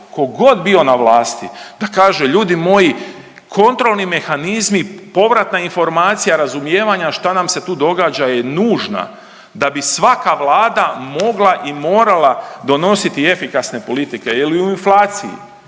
god bio na vlasti da kaže ljudi moji kontrolni mehanizmi, povratna informacija razumijevanja šta nam se tu događa je nužna da bi svaka Vlada mogla i morala donositi efikasne politike. Jer u inflaciji